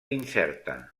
incerta